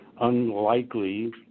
unlikely